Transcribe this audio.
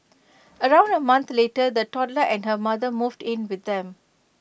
around A month later the toddler and her mother moved in with them